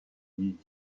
ils